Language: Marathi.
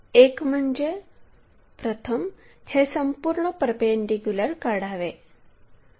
एक म्हणजे प्रथम हे संपूर्ण परपेंडीक्युलर काढावे